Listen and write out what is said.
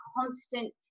constant